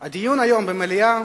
הדיון היום במליאה,